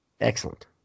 Excellent